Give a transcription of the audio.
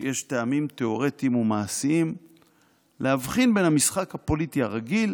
שיש טעמים תיאורטיים ומעשיים להבחין בין המשחק הפוליטי הרגיל,